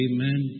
Amen